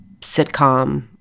sitcom